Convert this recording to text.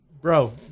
Bro